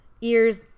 ears